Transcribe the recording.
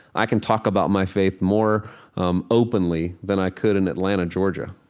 i can talk about my faith more um openly than i could in atlanta, georgia,